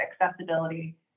accessibility